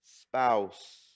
spouse